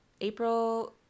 April